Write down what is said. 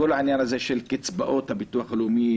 כל העניין הזה של קצבאות הביטוח הלאומי,